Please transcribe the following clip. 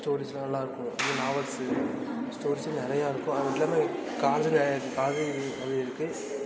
ஸ்டோரிஸ்லாம் நல்லா இருக்கும் இது நாவல்ஸு ஸ்டோரிஸும் நிறையா இருக்கும் அது இல்லாமல் காலேஜ்ல பாரதி கவிதை இருக்குது